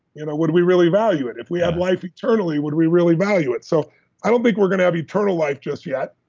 you know would we really value it? if we have life eternally, would we really value it? so i don't think we're going to have eternal life just yet,